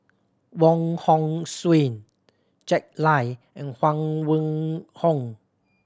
Wong Hong Suen Jack Lai and Huang Wenhong